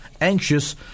Anxious